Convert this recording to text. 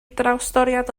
drawstoriad